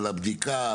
על הבדיקה,